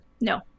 No